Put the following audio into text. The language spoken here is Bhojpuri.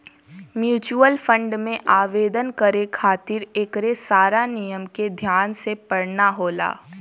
म्यूचुअल फंड में आवेदन करे खातिर एकरे सारा नियम के ध्यान से पढ़ना होला